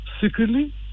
secretly